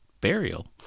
Burial